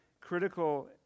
critical